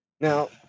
Now